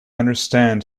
understand